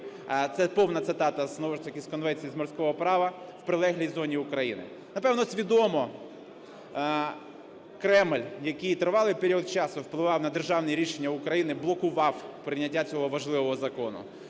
це повна цитата з Конвенції з морського права – в прилеглій зоні України. Напевно, свідомо Кремль, який тривалий період часу впливав на державні рішення України, блокував прийняття цього важливого закону.